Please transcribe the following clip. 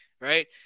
Right